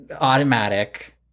Automatic